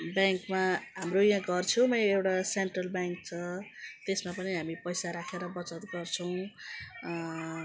ब्याङ्कमा हाम्रो यहाँ घर छेउमै एउटा सेन्ट्रल ब्याङ्क छ त्यसमा पनि हामी पैसा राखेर बचत गर्छौँ